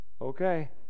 Okay